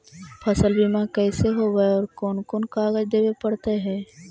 फसल बिमा कैसे होब है और कोन कोन कागज देबे पड़तै है?